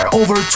over